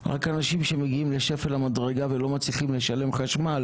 רק אנשים שמגיעים לשפל המדרגה ולא מצליחים לשלם חשמל